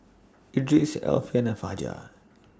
Idris Alfian and Fajar